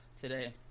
today